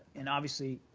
and obviously,